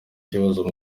ikibazo